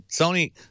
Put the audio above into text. Sony